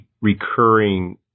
recurring